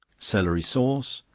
celery sauce.